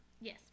Yes